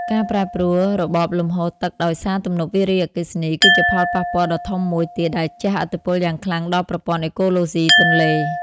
ការប្រែប្រួលរបបលំហូរទឹកដោយសារទំនប់វារីអគ្គិសនី គឺជាផលប៉ះពាល់ដ៏ធំមួយទៀតដែលជះឥទ្ធិពលយ៉ាងខ្លាំងដល់ប្រព័ន្ធអេកូឡូស៊ីទន្លេ។